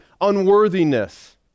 unworthiness